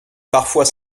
parfois